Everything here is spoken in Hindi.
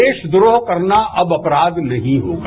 देशद्रोह करना अब अपराध नहीं होगा